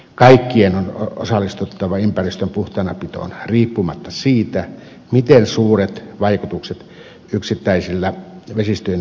kaikkien on osallistuttava ympäristön puhtaanapitoon riippumatta siitä miten suuret vaikutukset yksittäisillä vesistöjen kuormittajilla on